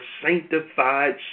sanctified